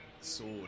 sword